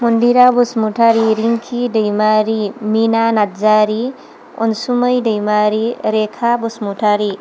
Mandira Basumatary Rinki Daimary Mina Narzary Ansumai Daimary Rekha Basumatary